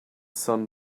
sun